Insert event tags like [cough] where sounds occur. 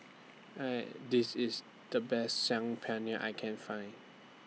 [noise] Hey This IS The Best Saag Paneer that I Can Find